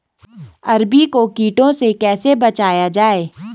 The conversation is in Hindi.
अरबी को कीटों से कैसे बचाया जाए?